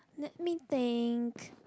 let me think